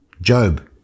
Job